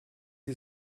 sie